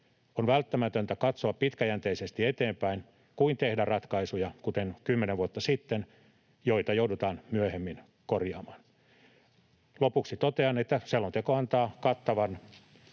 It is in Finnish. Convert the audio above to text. On välttämätöntä katsoa pitkäjänteisesti eteenpäin eikä tehdä ratkaisuja — kuten kymmenen vuotta sitten — joita joudutaan myöhemmin korjaamaan. Lopuksi totean, että selonteko antaa kattavan